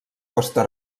costa